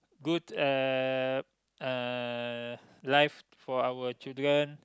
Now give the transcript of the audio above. good uh uh life for our children